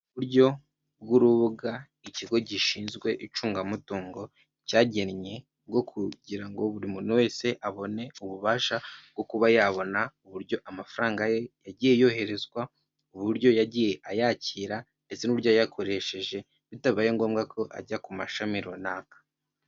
Uburyo bw'urubuga ikigo gishinzwe icungamutungo cyagennye bwo kugira ngo buri muntu wese abone ububasha bwo kuba yabona uburyo amafaranga ye yagiye yoherezwa, uburyo yagiye ayakira ndetse n'uburyo yayakoresheje bitabaye ngombwa ko ajya ku mashami runaka.